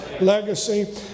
legacy